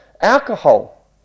Alcohol